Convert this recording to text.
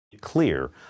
clear